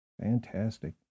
Fantastic